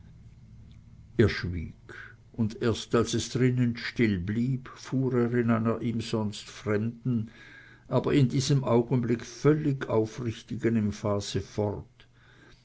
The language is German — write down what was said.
er schwieg und erst als es drinnen still blieb fuhr er in einer ihm sonst fremden aber in diesem augenblicke völlig aufrichtigen emphase fort